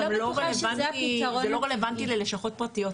זה לא רלבנטי ללשכות פרטיות.